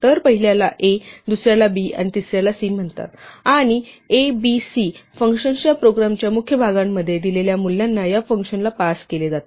तर पहिल्याला a दुसऱ्याला b आणि तिसऱ्याला c म्हणतात आणि a b आणि c फंक्शनच्या प्रोग्रॅमच्या मुख्य भागामध्ये दिलेल्या मूल्यांना या फंक्शनला पास केले जाते